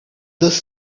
this